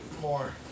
More